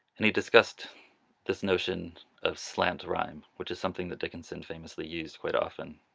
and he discussed this notion of slant rhyme which is something that dickinson famously used quite often,